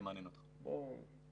בוקר טוב.